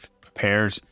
prepared